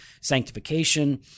sanctification